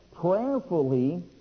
prayerfully